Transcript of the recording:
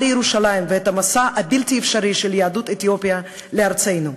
לירושלים ולמסע הבלתי-אפשרי של יהדות אתיופיה לארצנו.